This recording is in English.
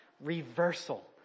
reversal